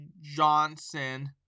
Johnson